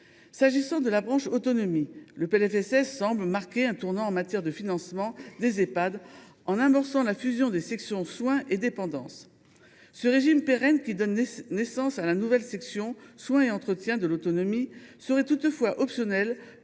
S’agissant de la branche autonomie, ce PLFSS semble marquer un tournant en matière de financement des Ehpad, en amorçant la fusion des sections « soins » et « dépendances ». Ce régime pérenne, qui donne naissance à la nouvelle section « soins et entretiens de l’autonomie », serait toutefois optionnel